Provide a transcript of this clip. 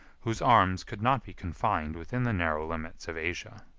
whose arms could not be confined within the narrow limits of asia.